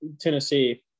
Tennessee –